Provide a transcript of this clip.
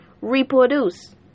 reproduce